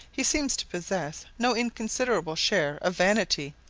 he seemed to possess no inconsiderable share of vanity,